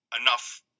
enough